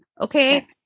Okay